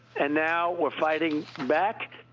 and now we're fighting back,